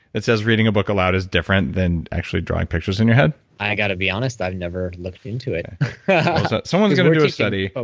it says reading a book aloud is different than actually drawing pictures in your head i got to be honest, i've never looked into it someone's going to do a study. but